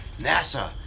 NASA